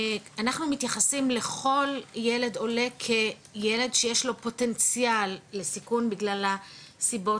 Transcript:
אנחנו מתייחסים לכל ילד עולה כילד שיש לו פוטנציאל לסיכון בגלל הסיבות